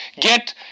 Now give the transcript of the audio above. get